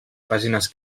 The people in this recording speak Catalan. pàgines